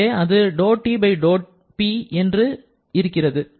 எனவே அது ∂T∂P என்று இருக்கிறது